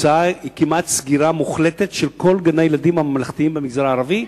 התוצאה היא סגירה כמעט מוחלטת של כל גני-הילדים הממלכתיים במגזר הערבי,